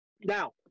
Now